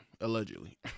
allegedly